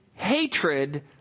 hatred